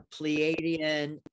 Pleiadian